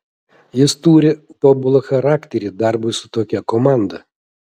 jis turi tobulą charakterį darbui su tokia komanda